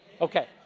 Okay